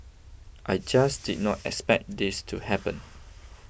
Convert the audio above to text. I just did not expect this to happen